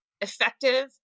effective